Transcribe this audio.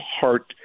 heart